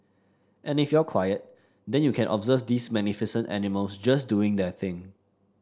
and if you're quiet then you can observe these magnificent animals just doing their thing